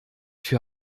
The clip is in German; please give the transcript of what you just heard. für